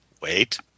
Wait